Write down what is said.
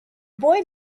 boy